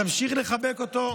תמשיך לחבק אותו,